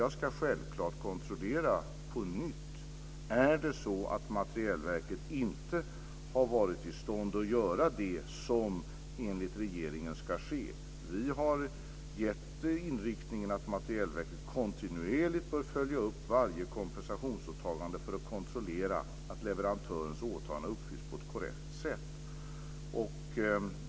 Jag ska självklart kontrollera på nytt om det är så att Materielverket inte har varit i stånd att göra det som enligt regeringen ska ske. Vi har gett inriktningen att Materielverket kontinuerligt bör följa upp varje kompensationsåtagande för att kontrollera att leverantörens åtaganden uppfylls på ett korrekt sätt.